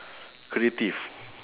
creative